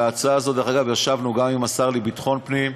על הצעה הזאת ישבנו גם עם השר לביטחון פנים,